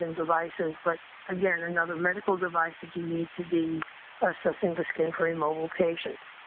and devices, but, again, another medical device that you need to be assessing the skin for immobile patients.